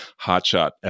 hotshot